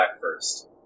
first